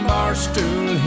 Barstool